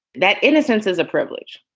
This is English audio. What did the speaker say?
that innocence is a privilege.